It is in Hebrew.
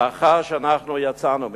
לאחר שאנחנו יצאנו משם.